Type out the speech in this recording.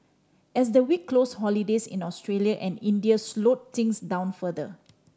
as the week closed holidays in Australia and India slowed things down further